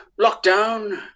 lockdown